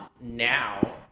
now